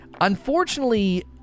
unfortunately